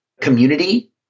community